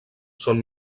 són